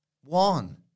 one